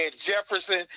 Jefferson